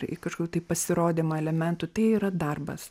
ir kažkokių tai pasirodymų elementų tai yra darbas